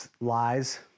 lies